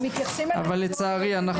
לצערי,